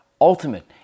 ultimate